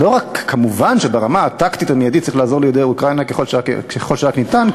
מובן שברמה הטקטית המיידית צריך לעזור ליהודי אוקראינה ככל שרק ניתן,